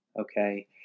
okay